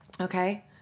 Okay